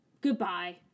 Goodbye